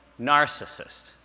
Narcissist